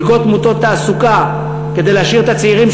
מלגות מוטות תעסוקה כדי להשאיר את הצעירים